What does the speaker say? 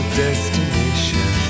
destination